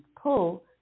pull